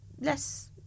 less